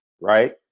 right